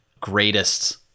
greatest